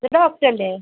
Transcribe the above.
ഇത് ഡോക്ടറല്ലേ